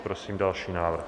Prosím další návrh.